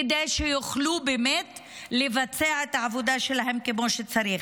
כדי שיוכלו באמת לבצע את העבודה שלהם כמו שצריך.